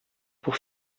pour